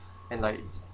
and like